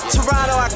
Toronto